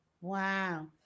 Wow